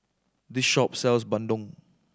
this shop sells Bandung